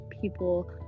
people